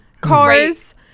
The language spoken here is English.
cars